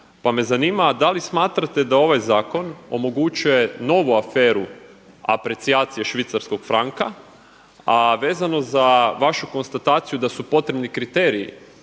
pa me zanima da li smatrate da ovaj zakon omogućuje novu aferu aprecijacije švicarskog franka, a vezano za vašu konstataciju da su potrebni kriteriji